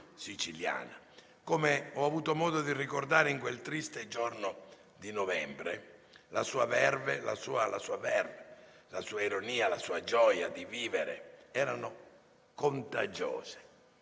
siciliana. Come ho avuto modo di ricordare in quel triste giorno di novembre, la sua *verve*, la sua ironia, la sua gioia di vivere erano contagiose.